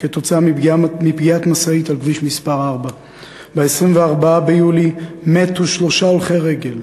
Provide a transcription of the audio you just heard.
כתוצאה מפגיעת משאית על כביש מס' 4. ב-24 ביולי מתו שלושה הולכי רגל: